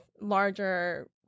larger